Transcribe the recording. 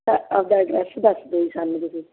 ਤਾਂ ਆਪਣਾ ਐਡਰੈਸ ਦੱਸ ਦਿਓ ਜੀ ਸਾਨੂੰ ਤੁਸੀਂ